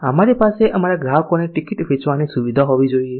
અમારી પાસે અમારા ગ્રાહકોને ટિકિટ વેચવાની સુવિધા હોવી જોઈએ